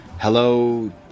Hello